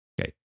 Okay